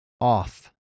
off